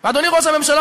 אדוני ראש הממשלה,